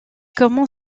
comment